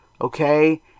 okay